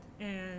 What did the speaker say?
and-